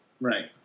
Right